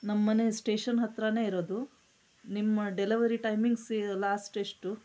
ನಮ್ಮನೆ ಸ್ಟೇಷನ್ ಹತ್ರನೇ ಇರೋದು ನಿಮ್ಮ ಡೆಲವರಿ ಟೈಮಿಂಗ್ಸ್ ಲಾಸ್ಟ್ ಎಷ್ಟು